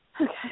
Okay